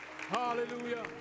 Hallelujah